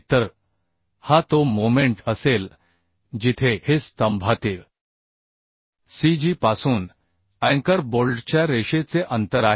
तर हा तो मोमेंट असेल जिथे a हे स्तंभातील cg पासून अँकर बोल्टच्या रेषेचे अंतर आहे